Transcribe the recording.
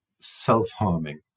self-harming